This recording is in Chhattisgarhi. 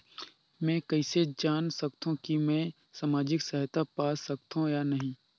मै कइसे जान सकथव कि मैं समाजिक सहायता पा सकथव या नहीं?